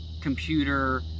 computer